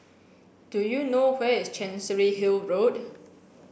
do you know where is Chancery Hill Road